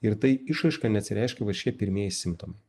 ir tai išraiška nesireiškia va šitie pirmieji simptomai